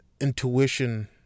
intuition